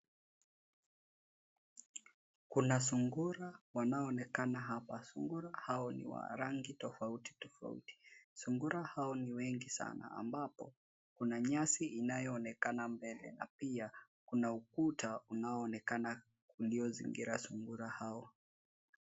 Kuna sungura wanaoonekana hapa. Sungura hao ni wa rangi tofauti tofauti. Sungura hao ni wengi sana, ambapo kuna nyasi inayoonekana mbele, na pia kuna ukuta unaoonekana uliozingira sungura hao.